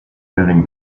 moving